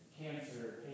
cancer